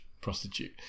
prostitute